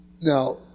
Now